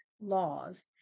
laws